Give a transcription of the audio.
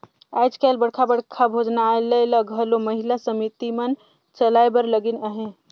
आएज काएल बड़खा बड़खा भोजनालय ल घलो महिला समिति मन चलाए बर लगिन अहें